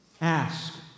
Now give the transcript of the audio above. Ask